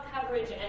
coverage